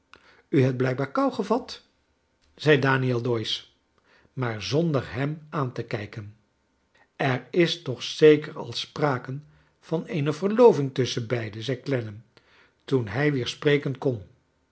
u hebt blijkbaar kou geva t zei daniel doyce maar z onder hem aan te kijken er is toch zeker al sprake van eene verloving tusschen beiden z a clennam toen hij weer spreken kon